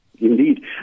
Indeed